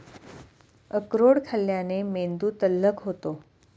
अक्रोड खाल्ल्याने मेंदू तल्लख होतो